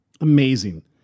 Amazing